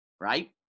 right